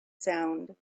sound